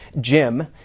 Jim